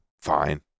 fine